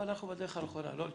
בדרך הנכונה, לא להתייאש.